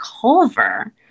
Culver